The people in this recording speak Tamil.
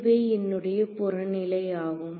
இதுவே என்னுடைய புறநிலை ஆகும்